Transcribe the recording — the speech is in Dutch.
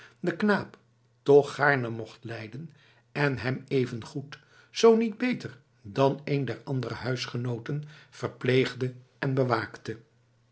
den knaap toch gaarne mocht lijden en hem even goed zoo niet beter dan een der andere huisgenooten verpleegde en bewaakte